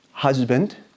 husband